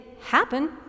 happen